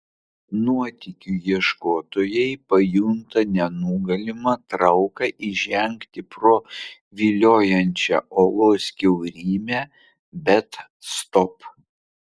nuotykių ieškotojai pajunta nenugalimą trauką įžengti pro viliojančią olos kiaurymę bet stop